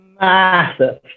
Massive